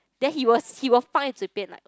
then he was he will 放在嘴边